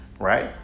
Right